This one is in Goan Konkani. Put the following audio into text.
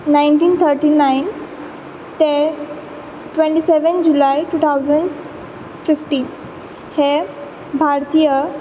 णायंटीन थटी णायण ते ट्वँटी seven July two thousand fifteen हे भारतीय